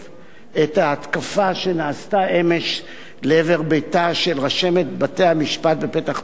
את ההתקפה שנעשתה אמש לעבר ביתה של רשמת בית-המשפט בפתח-תקווה,